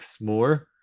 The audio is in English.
more